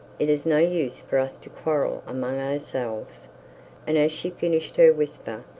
it is no use for us to quarrel among ourselves and as she finished her whisper,